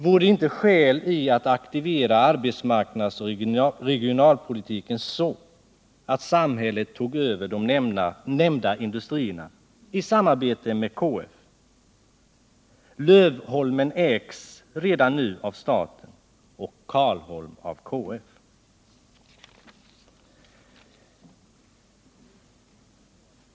Vore det inte skäl i att aktivera arbetsmarknadsoch regionalpolitiken så att samhället tog över de här nämnda industrierna i samarbete med KF? Lövholmen ägs redan nu av staten och Karlholm av KF.